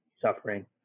suffering